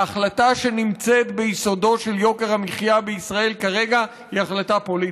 ההחלטה שנמצאת ביסודו של יוקר המחיה בישראל כרגע היא החלטה פוליטית.